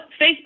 Facebook